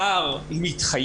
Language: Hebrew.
עכשיו השר מתחייב,